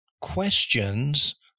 Questions